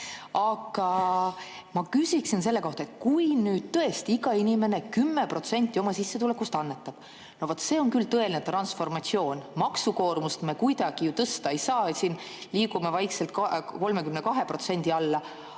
Aga ma küsiksin selle kohta, et kui nüüd tõesti iga inimene 10% oma sissetulekust annetab – no vot see on küll tõeline transformatsioon. Maksukoormust me ju kuidagi tõsta ei saa siin, liigume vaikselt 32% alla.